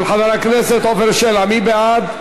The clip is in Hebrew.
של חבר הכנסת עפר שלח, מי בעד?